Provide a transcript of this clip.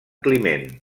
climent